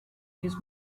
his